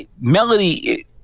melody